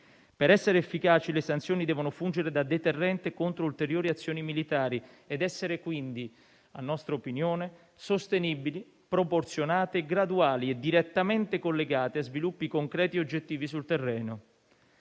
Per essere efficaci, le sanzioni devono fungere da deterrente contro ulteriori azioni militari ed essere, quindi - a nostra opinione - sostenibili, proporzionate, graduali e direttamente collegate a sviluppi concreti e oggettivi sul terreno.